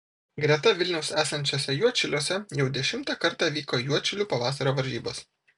greta vilniaus esančiuose juodšiliuose jau dešimtą kartą vyko juodšilių pavasario varžybos